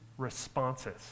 responses